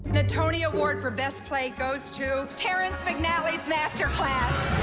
the tony award for best play goes to terrence mcnally's master class